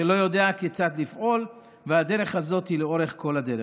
שלא יודע כיצד לפעול, וזה לאורך כל הדרך,